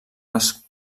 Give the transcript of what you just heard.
les